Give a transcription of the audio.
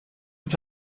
het